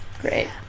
Great